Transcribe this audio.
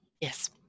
yes